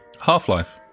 Half-Life